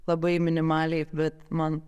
labai minimaliai bet man